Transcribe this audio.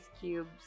cubes